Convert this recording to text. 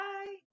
Bye